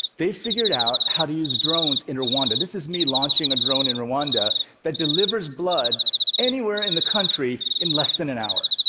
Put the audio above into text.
they figured out how to use drones in rwanda. this is me launching a drone in rwanda that delivers blood anywhere in the country in less than an hour.